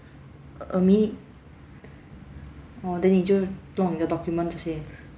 a a minute orh then 你就弄你的 document 这些